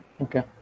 Okay